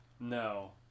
No